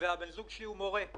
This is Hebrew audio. המנכ"ל אביגדור,